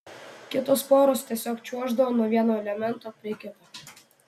kitos poros tiesiog čiuoždavo nuo vieno elemento prie kito